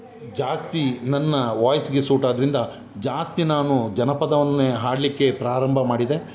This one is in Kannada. ಜಾಸ್ತಿ ನನ್ನ ವಾಯ್ಸ್ಗೆ ಸೂಟ್ ಆದ್ದರಿಂದ ಜಾಸ್ತಿ ನಾನು ಜನಪದವನ್ನೇ ಹಾಡಲಿಕ್ಕೆ ಪ್ರಾರಂಭ ಮಾಡಿದೆ